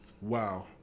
Wow